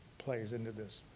plays into this